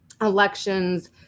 elections